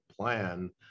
plan